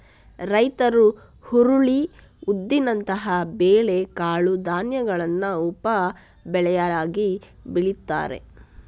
ರೈತರು ಹುರುಳಿ, ಉದ್ದಿನಂತಹ ಬೇಳೆ ಕಾಳು ಧಾನ್ಯಗಳನ್ನ ಉಪ ಬೆಳೆಯಾಗಿ ಬೆಳೀತಾರೆ